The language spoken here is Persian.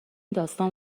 داستان